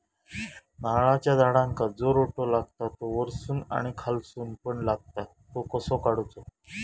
नारळाच्या झाडांका जो रोटो लागता तो वर्सून आणि खालसून पण लागता तो कसो काडूचो?